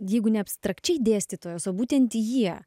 jeigu neabstrakčiai dėstytojos o būtent jie